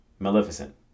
Maleficent